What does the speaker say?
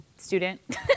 student